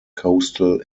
coastal